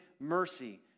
mercy